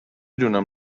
دونم